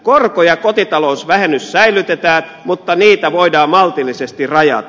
korko ja kotitalousvähennys säilytetään mutta niitä voidaan maltillisesti rajata